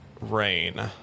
rain